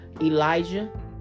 Elijah